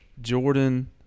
Jordan